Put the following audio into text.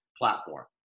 platform